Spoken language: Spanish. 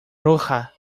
roja